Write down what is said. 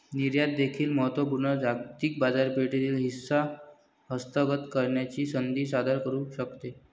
निर्यात देखील महत्त्व पूर्ण जागतिक बाजारपेठेतील हिस्सा हस्तगत करण्याची संधी सादर करू शकते